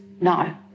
no